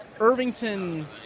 Irvington